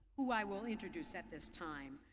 who i will introduce at this time.